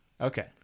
Okay